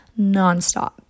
nonstop